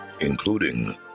including